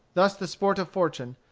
thus the sport of fortune,